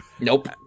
Nope